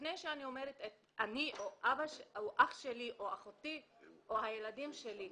לפני שאני אומרת אני או אח שלי או אחותי או הילדים שלי.